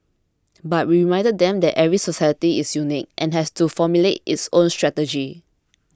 but we reminded them that every society is unique and has to formulate its own strategy